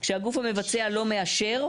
כשהגוף המבצע לא מאשר,